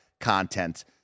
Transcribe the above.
content